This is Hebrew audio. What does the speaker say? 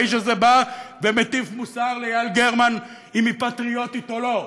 והאיש הזה בא ומטיף מוסר ליעל גרמן אם היא פטריוטית או לא.